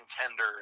contender